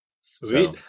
Sweet